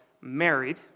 married